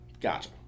Gotcha